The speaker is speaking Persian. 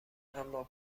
اما